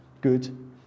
good